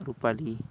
Rupali